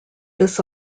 this